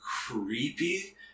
creepy